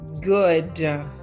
good